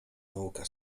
nauka